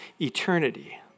eternity